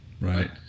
Right